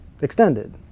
extended